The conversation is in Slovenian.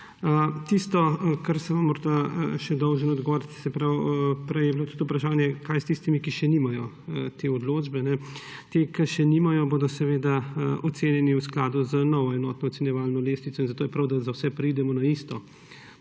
Tisto, kar sem vam morda še dolžen odgovoriti, prej je bilo tudi vprašanje, kaj je s tistimi, ki še nimajo te odločbe. Ti, ki še nimajo, bodo seveda ocenjeni v skladu z novo enotno ocenjevalno lestvico. Zato je prav, da za vse preidemo na isti